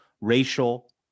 racial